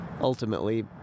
ultimately